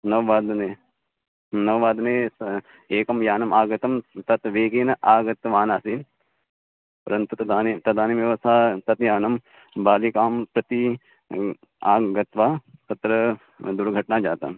नववादने नववादने तु एकं यानम् आगतं तत् वेगेन आगतम् आसीत् परन्तु तदानीं तदानीमेव सा तद्यानं बालिकां प्रति आम् गत्वा तत्र दुर्घटना जाता